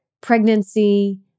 pregnancy